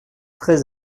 très